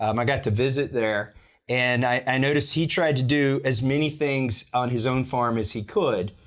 um i got to visit there and i noticed he tried to do as many things on his own farm as he could,